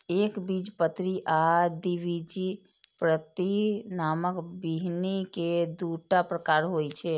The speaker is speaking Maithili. एकबीजपत्री आ द्विबीजपत्री नामक बीहनि के दूटा प्रकार होइ छै